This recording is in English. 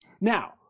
Now